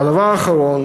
והדבר האחרון